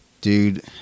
Dude